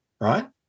right